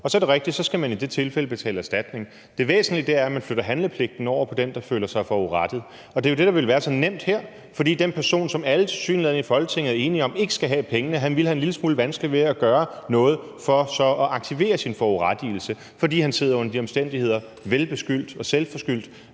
og det er rigtigt, at man så i det tilfælde skal betale erstatning. Det væsentlige er, at man flytter handlepligten over på den, der føler sig forurettet, og det er jo det, der ville være så nemt her. For den person, som tilsyneladende alle i Folketinget er enige om ikke skal have pengene, ville have en lille smule vanskeligt ved at gøre noget for så at aktivere sin forurettelse, fordi han sidder under de omstændigheder, vel beskyldt og selvforskyldt,